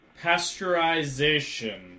pasteurization